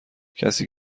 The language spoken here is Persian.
کسی